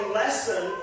lesson